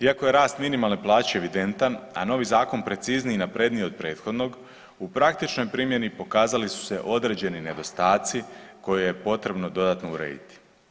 Iako je rast minimalne plaće evidentan, a novi zakon precizniji i napredniji od prethodnog u praktičnoj primjeni pokazali su se određeni nedostaci koje je potrebno dodatno urediti.